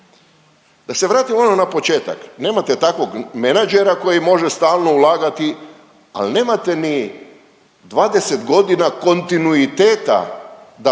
Da se vratim ono na početak. Nemate takvog menadžera koji može stalno ulagati, ali nemate ni 20 godina kontinuiteta da prinosi